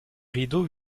rideaux